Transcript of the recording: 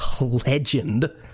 legend